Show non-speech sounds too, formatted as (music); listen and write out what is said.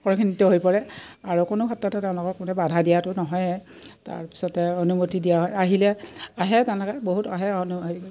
(unintelligible) হৈ পৰে আৰু কোনো ক্ষেত্ৰতে তেওঁলোকক কোনো বাধা দিয়াটো নহয়ে তাৰপিছতে অনুমতি দিয়া হয় আহিলে আহে তেনেকৈ বহুত আহে